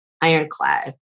ironclad